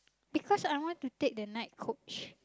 because I want to take the night coach